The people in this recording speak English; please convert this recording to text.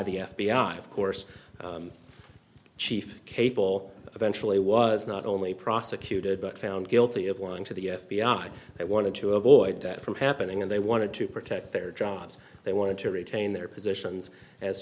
the f b i of course chief capel eventually was not only prosecuted but found guilty of lying to the f b i they wanted to avoid that from happening and they wanted to protect their jobs they wanted to retain their positions as